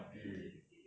mm